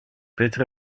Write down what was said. peter